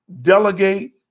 delegate